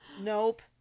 Nope